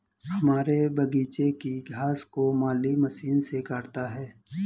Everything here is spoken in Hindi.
हमारे बगीचे की घास को माली मशीन से काटता है